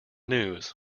news